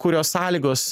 kurios sąlygos